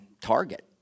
target